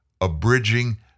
abridging